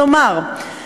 כלומר,